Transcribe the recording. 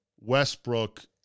westbrook